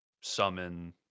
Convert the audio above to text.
summon